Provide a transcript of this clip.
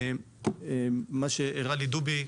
מה שהראה לי דובי.